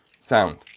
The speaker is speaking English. sound